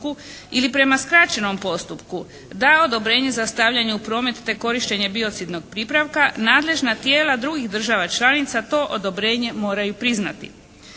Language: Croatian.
ili prema skraćenom postupku da odobrenje za stavljanje u promet, te korištenje biocidnog pripravka nadležna tijela drugih država članica to odobrenje moraju priznati.